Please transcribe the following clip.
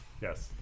Yes